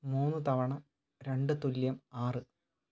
മൂന്ന് തവണ രണ്ട് തുല്യം ആറ്